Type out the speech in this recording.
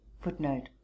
Footnote